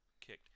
kicked